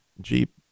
Jeep